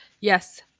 Yes